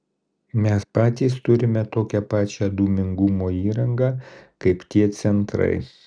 mes patys turime tokią pačią dūmingumo įrangą kaip tie centrai